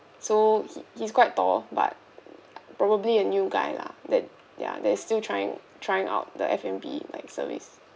so he he's quite tall but probably a new guy lah that ya that's still trying trying out the F&B like service